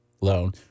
loan